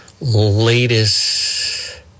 latest